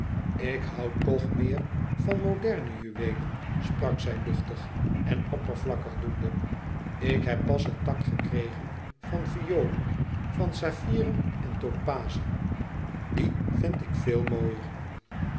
ik hoû toch meer van moderne juweelen sprak zij aargang luchtig en oppervlakkig doende ik heb pas een tak gekregen van violen van saffieren en topazen die vind ik veel mooier